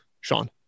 Sean